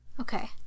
Okay